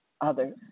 others